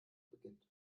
beginnt